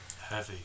heavy